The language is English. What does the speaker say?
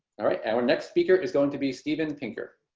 alright our next speaker is going to be steven pinker